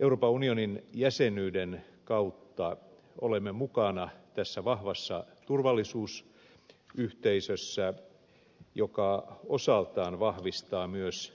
euroopan unionin jäsenyyden kautta olemme mukana tässä vahvassa turvallisuusyhteisössä joka osaltaan vahvistaa myös